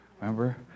remember